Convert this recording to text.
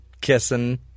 kissing